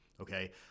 okay